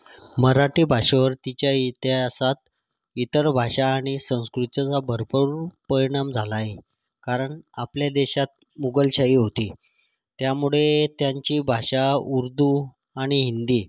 मराठी भाषेवरतीच्या इतिहासात इतर भाषा आणि संस्कृतीचा भरपूर परिणाम झाला आहे कारण आपल्या देशात मुगलशाही होती त्यामुळे त्यांची भाषा उर्दू आणि हिंदी